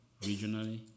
regionally